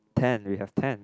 ten we have ten